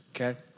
okay